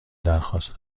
درخواست